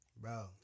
Bro